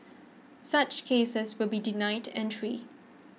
such cases will be denied entry